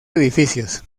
edificios